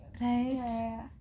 Right